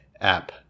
app